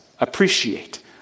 appreciate